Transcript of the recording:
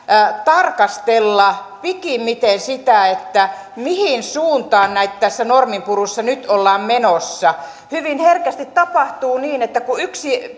tarkastella pikimmiten sitä mihin suuntaan tässä norminpurussa nyt ollaan menossa hyvin herkästi tapahtuu niin kun